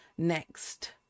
next